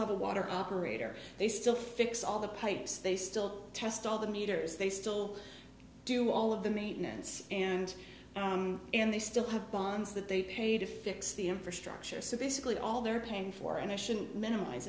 have a water operator they still fix all the pipes they still test all the meters they still do all of the maintenance and and they still have bonds that they pay to fix the infrastructure so basically all they're paying for and i shouldn't minimize